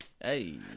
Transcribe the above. Hey